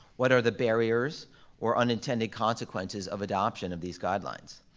what are the barriers or unintended consequences of adoption of these guidelines?